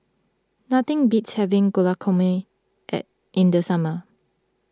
nothing beats having Guacamole at in the summer